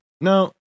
no